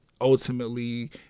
ultimately